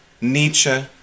Nietzsche